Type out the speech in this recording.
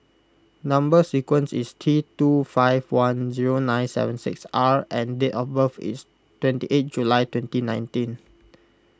Number Sequence is T two five one zero nine seven six R and date of birth is twenty eight July twenty nineteen